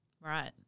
Right